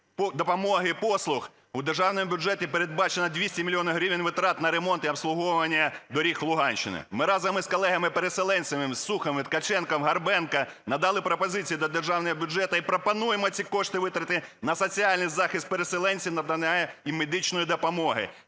допомоги і послуг у державному бюджеті передбачено 200 мільйонів гривень витрат на ремонт і обслуговування доріг Луганщини. Ми разом із колегами-переселенцями Суховим, Ткаченком, Горбенком надали пропозиції до державного бюджету і пропонуємо ці кошти витратити на соціальний захист переселенців, надання їм медичної допомоги.